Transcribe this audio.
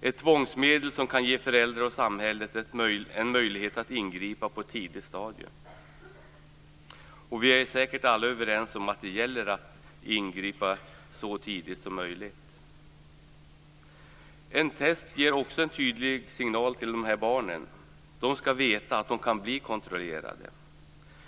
Det är ett tvångsmedel som kan ge föräldrar och samhället en möjlighet att ingripa på ett tidigt stadium. Vi är säkert alla överens om att det gäller att ingripa så tidigt som möjligt. Ett test ger också en tydlig signal till de här barnen, att de skall veta att de kan bli kontrollerade.